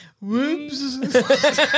whoops